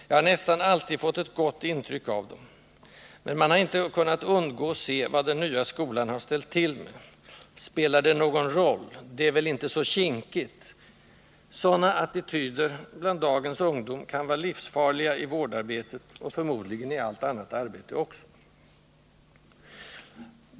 Jag har nästan alltid fått ett gott intryck av dem. Men man har inte kunnat undgå att se vad den nya skolan ställt till med: ”Spelar det någon roll?” — ”Det är väl inte så kinkigt.” Sådana attityder bland dagens ungdom kan vara livsfarliga i vårdarbetet och förmodligen i allt annat arbete också.